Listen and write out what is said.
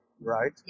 right